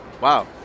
Wow